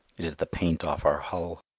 it is the paint off our hull.